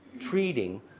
treating